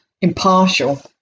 impartial